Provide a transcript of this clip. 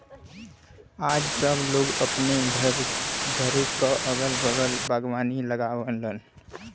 आज सब लोग अपने घरे क अगल बगल बागवानी लगावलन